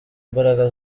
imbaraga